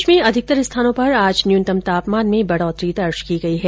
प्रदेश में अधिकतर स्थानों पर आज न्यूनतम तापमान में बढ़ोतरी दर्ज की गई है